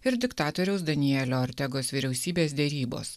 ir diktatoriaus danielio ortegos vyriausybės derybos